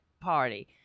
Party